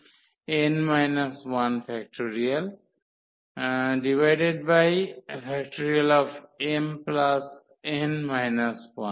mn 1